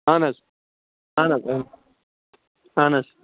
اَہَن حظ اَہَن حظ اَہَن حظ